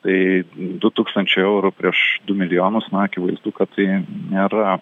tai du tūkstančiai eurų prieš du milijonus na akivaizdu kad tai nėra